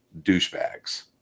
douchebags